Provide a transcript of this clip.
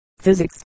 physics